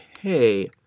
okay